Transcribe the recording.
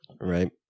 Right